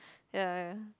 ya ya